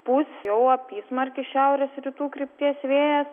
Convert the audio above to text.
pūs jau apysmarkis šiaurės rytų krypties vėjas